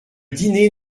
dîner